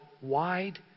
wide